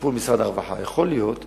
ואני חושב,